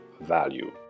value